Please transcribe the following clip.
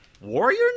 Warrior